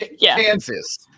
Kansas